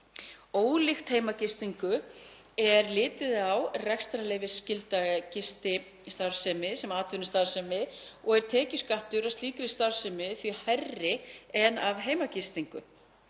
Ólíkt heimagistingu er litið á rekstrarleyfisskylda gististarfsemi sem atvinnustarfsemi og er tekjuskattur af slíkri starfsemi því hærri en af heimagistingu.